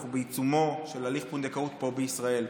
אנחנו בעיצומו של הליך פונדקאות פה בישראל.